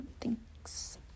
thanks